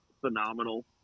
phenomenal